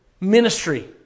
ministry